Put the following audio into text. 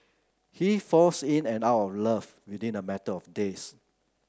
he falls in and out of love within a matter of days